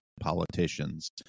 politicians